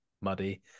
muddy